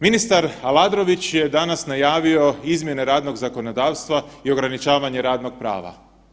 Ministar Aladrović je danas najavio izmjene radnog zakonodavstva i ograničavanje radnog prava.